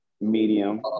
medium